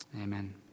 Amen